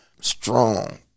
strong